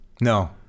No